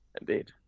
Indeed